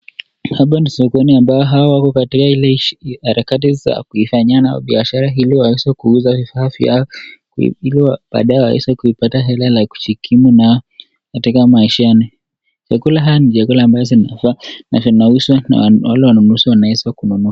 Hapa ni sokoni ambao hawa wako katika ile harakati za kuifanyia nao biashara ili waweze kuuza vifaa vyao ili baadaye waweze kupata hela la kujikimu nao katika maishani. Vyakula haya ni vyakula ambazo zinafaa na vinauzwa na wale wanunuzi wanaweza kununua.